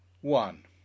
one